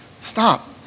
stop